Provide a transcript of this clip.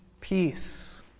peace